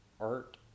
art